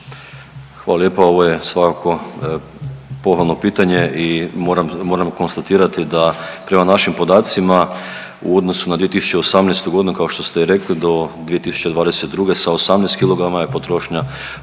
Hvala lijepo. Ovo je svakako pohvalno pitanje i moram, moram konstatirati da prema našim podacima u odnosu na 2018.g. kao što ste i rekli do 2022. sa 18 kg je potrošnja